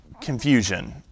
confusion